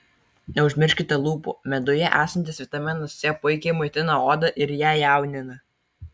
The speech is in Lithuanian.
neužmirškite lūpų meduje esantis vitaminas c puikiai maitina odą ir ją jaunina